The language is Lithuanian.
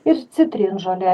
ir citrinžolė